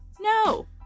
No